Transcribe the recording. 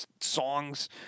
songs